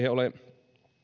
ole